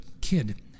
kid